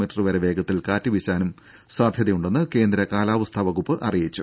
me വരെ വേഗത്തിൽ കാറ്റ് വീശാനും സാധ്യതയുണ്ടെന്ന് കേന്ദ്ര കാലാവസ്ഥ വകുപ്പ് അറിയിച്ചു